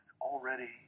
already